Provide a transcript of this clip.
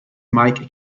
mike